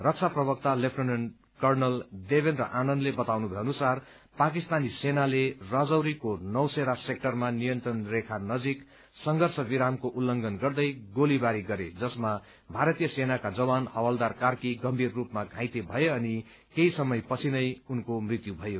रक्षा प्रवक्ता lieutenant colonel Devendra आनन्दले बताउनु भएअनुसार पाकिस्तानी सेनाले राजौरीको नौशेरा सेक्टरमा नियन्त्रण रेखा नजिक संघर्ष विरामके उल्लंघन गर्दै गोलीबारी गरे जसमा भारतीय सेनाका जवान हवल्दार कार्की गम्भीर रूपमा घाइते भए अनि केही समय पछिनै उनको मृत्यु भयो